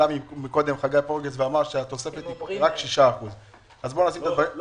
עלה קודם חגי פורגס ואמר, שהתוספת היא רק 6%. לא.